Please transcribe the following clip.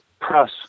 press